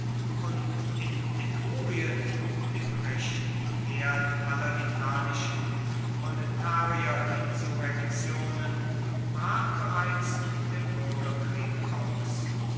und in etrurien dem rechten herd aller italischen proletarierinsurrektionen brach bereits der bürgerkrieg aus